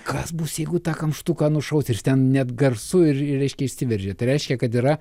kas bus jeigu tą kamštuką nušaus ir ten net garsu ir išreiškia išsiveržė tai reiškia kad yra